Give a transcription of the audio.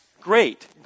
Great